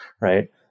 Right